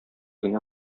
генә